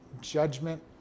judgment